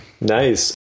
Nice